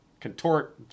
contort